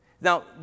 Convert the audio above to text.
Now